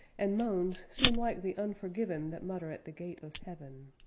and moans seem like the unforgiven that mutter at the gate of heaven,